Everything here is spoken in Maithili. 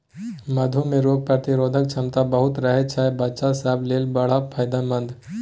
मधु मे रोग प्रतिरोधक क्षमता बहुत रहय छै बच्चा सब लेल बड़ फायदेमंद